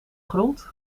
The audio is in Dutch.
grond